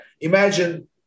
Imagine